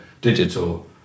digital